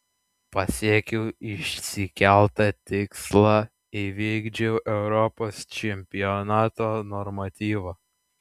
pasiekiau išsikeltą tikslą įvykdžiau europos čempionato normatyvą